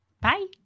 Bye